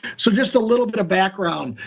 so just a little bit of background.